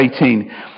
18